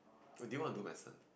did you want to do medicine